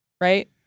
right